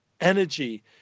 energy